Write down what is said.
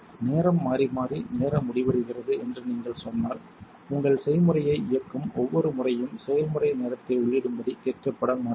நேரம் மாறி மாறி நேரம் முடிவடைகிறது என்று நீங்கள் சொன்னால் உங்கள் செய்முறையை இயக்கும் ஒவ்வொரு முறையும் செயல்முறை நேரத்தை உள்ளிடும்படி கேட்கப்பட மாட்டீர்கள்